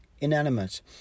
inanimate